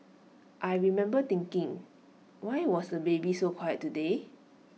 I remember thinking why was the baby so quiet today